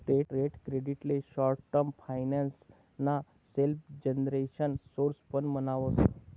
trade credit ले short term finance ना self generation source पण म्हणावस